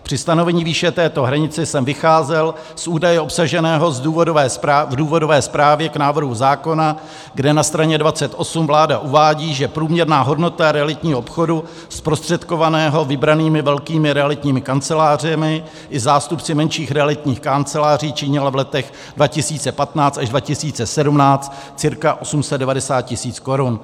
Při stanovení výše této hranice jsem vycházel z údaje obsaženého v důvodové zprávě k návrhu zákona, kde na straně 28 vláda uvádí, že průměrná hodnota realitního obchodu zprostředkovaného vybranými velkými realitními kancelářemi i zástupci menších realitních kanceláří činila v letech 2015 až 2017 cca 890 tisíc korun.